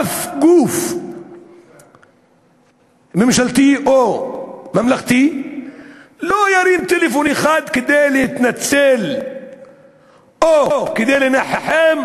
אף גוף ממשלתי או ממלכתי לא ירים טלפון אחד כדי להתנצל או כדי לנחם,